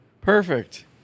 Perfect